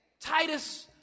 Titus